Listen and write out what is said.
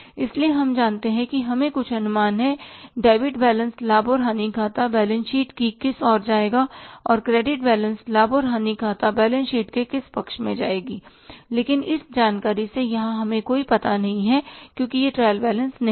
इसलिए हम जानते हैं हमें कुछ अनुमान है कि डेबिट बैलेंस लाभ और हानि खाताबैलेंस शीट कि किस और जाएगा और क्रेडिट बैलेंस लाभ और हानि खाते बैलेंस शीट के किस पक्ष में जाएगी लेकिन इस जानकारी से यहां हमें कोई पता नहीं है क्योंकि यह ट्रायल बैलेंस नहीं है